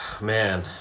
man